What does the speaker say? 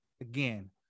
again